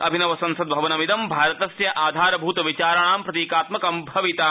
अभिनव संसद भवनमिदं भारतस्य आधारभूत विचारणां प्रतीकात्मकं भविता